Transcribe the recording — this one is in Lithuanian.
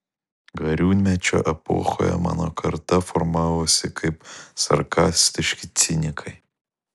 gariūnmečio epochoje mano karta formavosi kaip sarkastiški cinikai